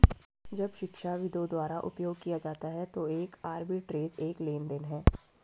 जब शिक्षाविदों द्वारा उपयोग किया जाता है तो एक आर्बिट्रेज एक लेनदेन है